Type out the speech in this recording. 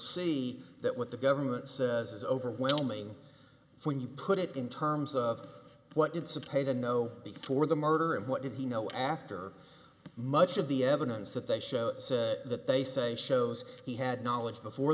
see that what the government says is overwhelming when you put it in terms of what it's supposed to know before the murder and what did he know after much of the evidence that they show that they say shows he had knowledge before